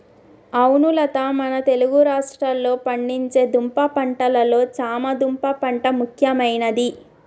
అవును లత మన తెలుగు రాష్ట్రాల్లో పండించే దుంప పంటలలో చామ దుంప పంట ముఖ్యమైనది